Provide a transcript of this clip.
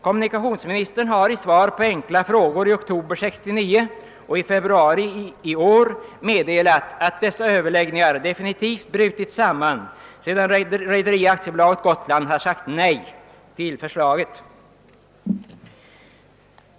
Kommunikationsministern har i svar på enkla frågor i oktober 1969 och i februari innevarande år meddelat att dessa överläggningar definitivt brutit samman sedan Rederi AB Gotland har sagt nej till förslaget.